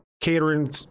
catering